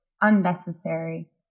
unnecessary